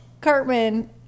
Cartman